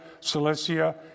Cilicia